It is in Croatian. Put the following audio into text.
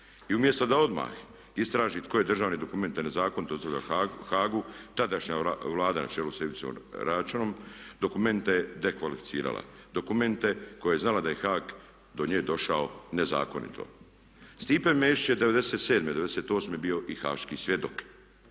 I umjesto da odmah istraži tko je državne dokumente nezakonito dostavljao Hagu tadašnja Vlada na čelu sa Ivicom Račanom dokumente je dekvalificirala. Dokumente koje je znala da je Hag do nje došao nezakonito. Stipe Mesić je '97., '98. bio i haški svjedok.